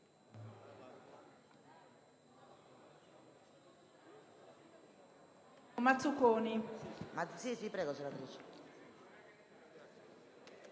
Grazie